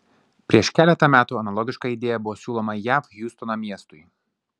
prieš keletą metų analogiška idėja buvo siūloma jav hjustono miestui